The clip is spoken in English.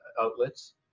outlets